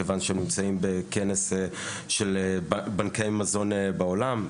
כיוון שהם נמצאים בכנס של בנקאי מזון בעולם,